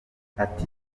ati